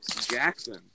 Jackson